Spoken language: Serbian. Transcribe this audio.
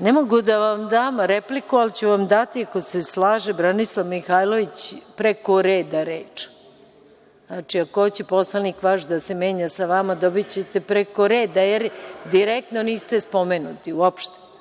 Ne mogu da vam dam repliku, ali ću vam dati, ako se slaže Branislav Mihajlović preko reda reč. Znači, ako hoće vaš poslanik da se menja sa vama, dobićete preko reda, jer direktno niste spomenuti uopšte.(Saša